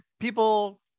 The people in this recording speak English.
people